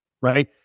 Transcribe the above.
Right